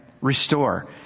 Restore